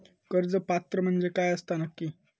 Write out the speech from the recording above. कर्ज पात्र म्हणजे काय असता नक्की?